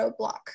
roadblock